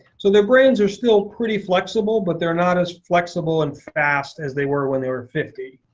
so their brains are still pretty flexible but they're not as flexible and fast as they were when they were fifty.